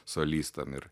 solistam ir